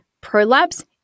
prolapse